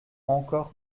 encore